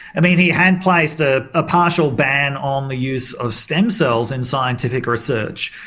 i mean, he had placed a ah partial ban on the use of stem cells in scientific research,